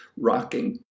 rocking